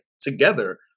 together